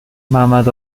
ممد